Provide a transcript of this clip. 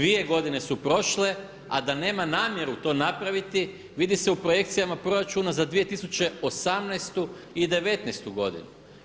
Dvije godine su prošle a da nema namjeru to napraviti vidi se u projekcijama proračuna za 2018. i 2019. godinu.